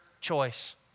choice